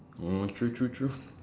oh true true true